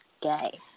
gay